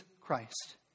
Christ